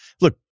Look